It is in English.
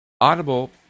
Audible